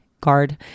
guard